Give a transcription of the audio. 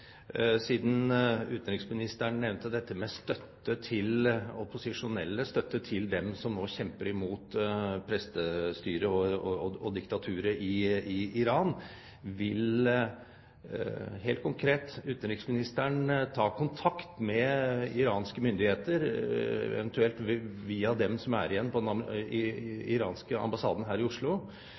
siden utenriksministeren nevnte dette med støtte til opposisjonelle, støtte til dem som nå kjemper imot prestestyret og diktaturet i Iran: Vil utenriksministeren helt konkret ta kontakt med Iranske myndigheter, eventuelt via dem som er igjen på den iranske ambassaden her i Oslo,